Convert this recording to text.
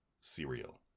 cereal